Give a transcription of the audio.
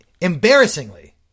Embarrassingly